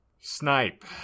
Snipe